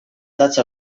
datza